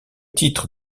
titres